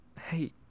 Hey